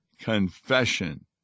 confession